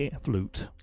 flute